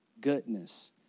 goodness